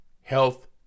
health